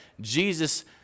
Jesus